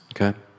Okay